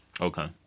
Okay